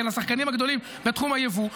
לשחקנים הגדולים בתחום היבוא,